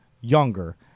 younger